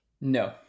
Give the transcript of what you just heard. No